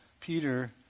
Peter